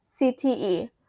CTE